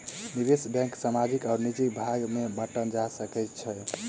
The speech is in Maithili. निवेश बैंक सामाजिक आर निजी भाग में बाटल जा सकै छै